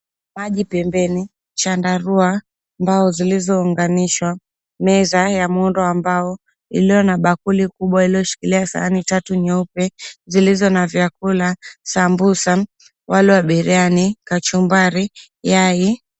Maji pembeni, chandarua, mbao zilizounganishwa, meza ya muundo wa mbao iliyo na bakuli kubwa iliyoshikilia sahani tatu nyeupe zilizo na vyakula sambusa, wali wa biriani, kachumbari, yai.